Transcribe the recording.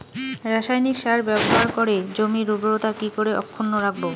রাসায়নিক সার ব্যবহার করে জমির উর্বরতা কি করে অক্ষুণ্ন রাখবো